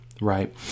right